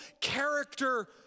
character